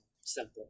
simple